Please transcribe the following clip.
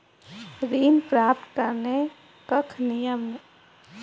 ऋण प्राप्त करने कख नियम?